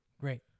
great